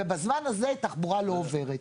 ובזמן הזה תחבורה לא עוברת.